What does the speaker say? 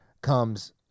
comes